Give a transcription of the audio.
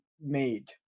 made